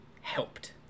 helped